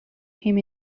him